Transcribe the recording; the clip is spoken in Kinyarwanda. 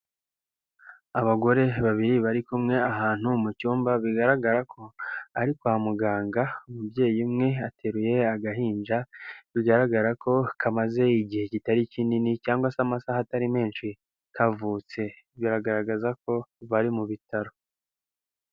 Abagore babiri bari kumwe ahantu mu cyumba bigaragara ko ari kwa muganga, umubyeyi umwe ateruye agahinja bigaragara ko kamaze igihe kitari kinini cyangwa se amasaha atari menshi kavutse, biragaragaza ko bari mu bitaro.